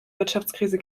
wirtschaftskrise